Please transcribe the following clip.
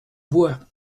bois